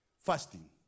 Fasting